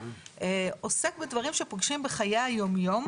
עוסק בדברים שפוגשים בחיי היום-יום,